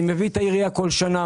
אני מביא את העירייה בכל שנה,